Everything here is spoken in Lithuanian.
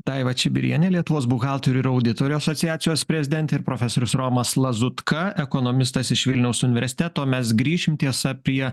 daiva čibirienė lietuvos buhalterių ir auditorių asociacijos prezidentė ir profesorius romas lazutka ekonomistas iš vilniaus universiteto mes grįšim tiesa prie